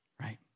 right